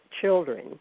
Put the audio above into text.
children